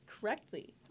Correctly